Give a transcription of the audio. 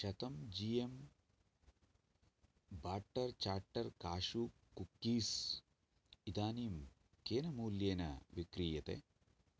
शतं g m butter चाट्टर् cashew cookies इदानीं केन मूल्येन विक्रीयते